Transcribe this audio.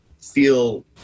feel